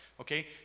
Okay